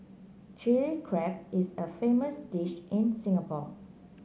Chilli Crab is a famous dish in Singapore